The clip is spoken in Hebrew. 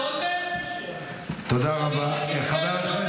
השר אמסלם, אתה זוכר מה אמר